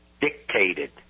dictated